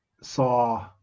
saw